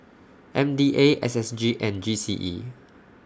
M D A S S G and G C E